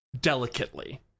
delicately